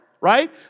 right